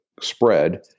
spread